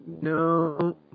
no